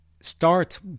start